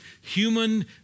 human